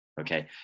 Okay